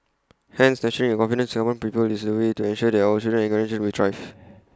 hence nurturing A confidence Singaporean people is the way to ensure that our children and grandchildren will thrive